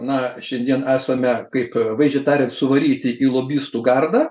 na šiandien esame kaip vaizdžiai tariant suvaryti į lobistų gardą